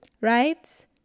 right